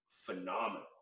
phenomenal